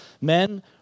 men